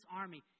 army